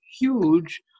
huge